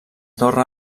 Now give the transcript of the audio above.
torre